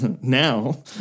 now